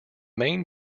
main